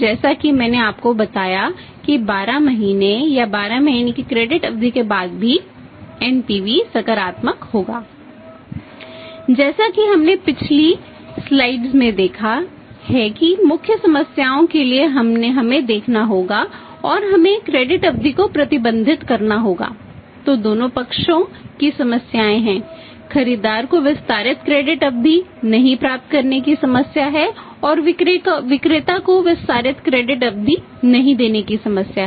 जैसा कि हमने पिछली स्लाइड्स अवधि नहीं देने की समस्या है